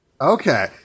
Okay